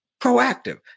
proactive